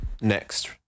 next